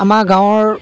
আমাৰ গাঁৱৰ